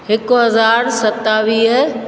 हिकु हज़ार सतावीह